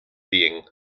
being